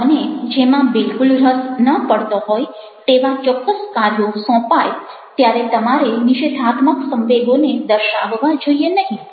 તમને જેમાં બિલકુલ રસ ન પડતો હોય તેવા ચોક્કસ કાર્યો સોંપાય ત્યારે તમારે નિષેધાત્મક સંવેગોને દર્શાવવા જોઈએ નહીં